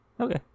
Okay